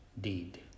deed